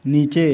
नीचे